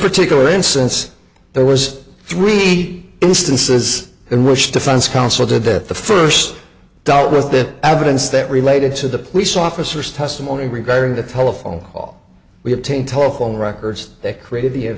particular instance there was three eight instances and rush defense counsel did that the first dealt with it evidence that related to the police officers testimony regarding the telephone call we have ten telephone records that created the